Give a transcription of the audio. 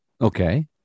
Okay